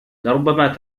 لربما